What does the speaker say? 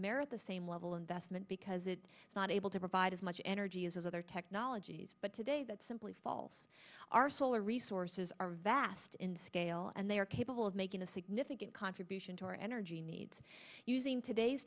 merit the same level investment because it is not able to provide as much energy as other technologies but today that's simply false our solar resources are vast in scale and they are capable of making a significant contribution to our energy needs using today's